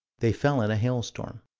they fell in a hailstorm.